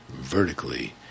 vertically